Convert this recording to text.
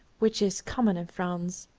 which is common in france.